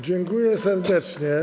Dziękuję serdecznie.